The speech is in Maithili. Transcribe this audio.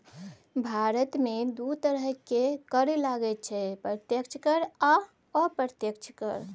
भारतमे दू तरहक कर लागैत छै प्रत्यक्ष कर आ अप्रत्यक्ष कर